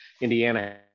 Indiana